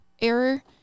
error